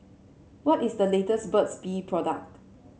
what is the latest Burt's Bee product